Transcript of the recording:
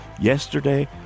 Yesterday